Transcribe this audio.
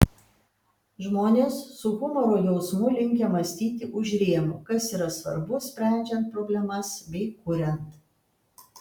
žmonės su humoro jausmu linkę mąstyti už rėmų kas yra svarbu sprendžiant problemas bei kuriant